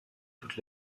toute